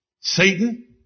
Satan